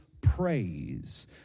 praise